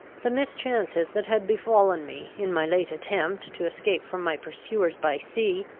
the mischances that had befallen me, in my late attempt to escape from my pursuers by sea,